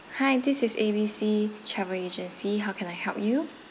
hi this is A_B_C travel agency how can I help you